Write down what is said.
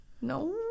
no